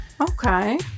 Okay